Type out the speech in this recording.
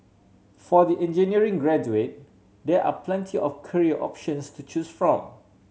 for the engineering graduate there are plenty of career options to choose from